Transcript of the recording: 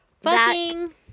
Fucking-